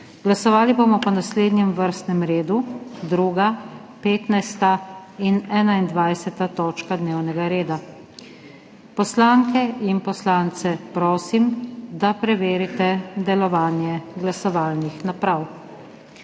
Glasovali bomo po naslednjem vrstnem redu: 2., 15. in 21. točka dnevnega reda. Poslanke in poslance prosim, da preverijo delovanje glasovalnih naprav.